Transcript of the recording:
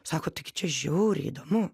sako taigi čia žiauriai įdomu